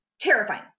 Terrifying